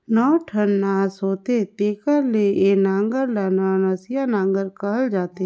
नौ ठन नास होथे तेकर ले ए नांगर ल नवनसिया नागर कहल जाथे